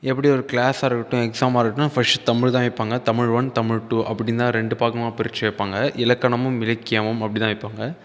எப்படி ஒரு க்ளாஸாகருக்கட்டும் எக்ஸாமாகருக்கட்டும் ஃபர்ஸ்ட் தமிழ்தான் வைப்பாங்க தமிழ் ஒன் தமிழ் டூ அப்படின்னுதான் இரண்டு பாகமாக பிரித்து வைப்பாங்க இலக்கணமும் இலக்கியமும் அப்படிதான் வைப்பாங்க